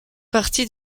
partie